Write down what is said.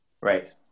Right